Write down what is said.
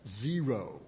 Zero